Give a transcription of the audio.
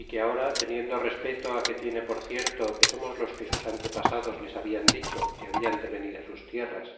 é que ahora teniendo respeto que tiene por cierto que somos los que sus antepasados les hablan dicho que habían de venir sus tierras